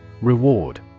Reward